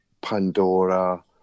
Pandora